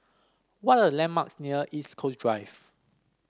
what are the landmarks near East Coast Drive